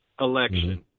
election